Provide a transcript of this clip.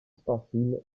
ustensiles